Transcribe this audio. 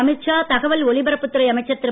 அமித் ஷா தகவல் ஒலிபரப்புத் துறை அமைச்சர் திரு